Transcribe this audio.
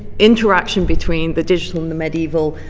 interaction between the digital and the medieval,